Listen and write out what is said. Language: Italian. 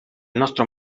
nostro